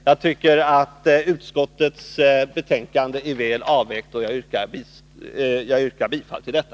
Jag tycker nämligen att utskottets förslag är väl avvägt, och jag yrkar därför bifall till detta.